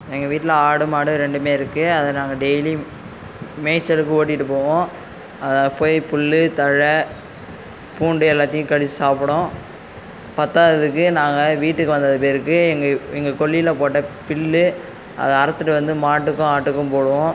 எங்கள் வீட்டில் ஆடு மாடு ரெண்டுமே இருக்கு அதை நாங்கள் டெய்லியும் மேய்ச்சலுக்கு ஓட்டிகிட்டு போவோம் அதை போய் புல் தழை பூண்டு எல்லாத்தையும் கடித்து சாப்பிடும் பத்தாததுக்கு நாங்கள் வீட்டுக்கு வந்த பிறகு எங்கள் எங்கள் கொள்ளையில் போட்ட பில் அதை அறுத்துட்டு வந்து மாட்டுக்கும் ஆட்டுக்கும் போடுவோம்